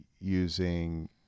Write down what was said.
using